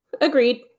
Agreed